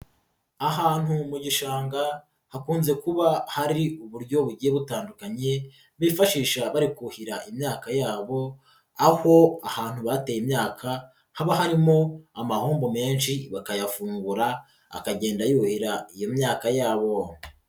Ahantu mu gishanga hakunze kuba hari uburyo bugiye butandukanye bifashisha bari kuhira imyaka yabo, aho ahantu hateye imyaka haba harimo amahombo menshi bakayafungura akagenda yuhira iyo myaka yabo.